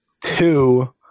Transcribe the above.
Two